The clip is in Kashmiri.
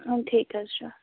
اَدٕ ٹھیٖک حظ چھُ